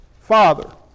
Father